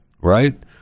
Right